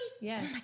Yes